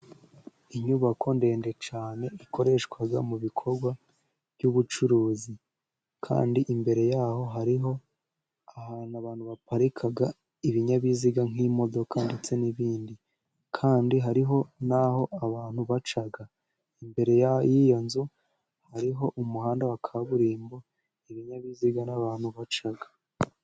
Inyubako ndende cyane, ikoreshwa mu bikorwa by'ubucuruzi, kandi imbere yaho hariho, ahantu baparika ibinyabiziga nk'imodoka ndetse n'ibindi. kandi hariho n'aho abantu baca imbere y'iyo nzu hariho umuhanda wa kaburimbo ibinyabiziga n'abantu baca.